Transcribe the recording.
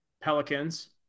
Pelicans